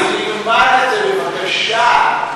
תלמד את זה בבקשה.